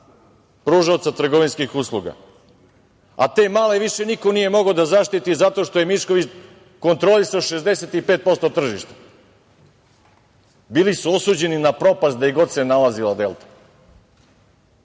pružaoca trgovinskih usluga, a te male više niko nije mogao da zaštiti zato što je Mišković kontrolisao 65% tržišta. Bili su osuđeni na propast gde god se nalazila „Delta“,